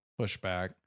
pushback